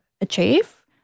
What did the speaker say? achieve